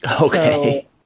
Okay